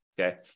Okay